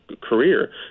career